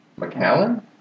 McAllen